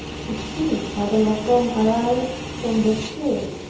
to see father la combe arrive from verceil.